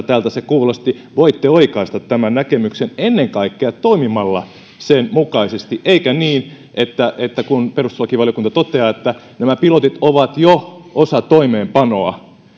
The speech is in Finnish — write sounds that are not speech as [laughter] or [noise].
[unintelligible] tältä se kuulosti voitte oikaista tämän näkemyksen ennen kaikkea toimimalla sen mukaisesti ettekä niin että että kun perustuslakivaliokunta toteaa että nämä pilotit ovat jo osa toimeenpanoa